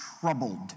troubled